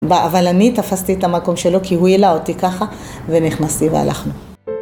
אבל אני תפסתי את המקום שלו כי הוא העלה אותי ככה ונכנסתי והלכנו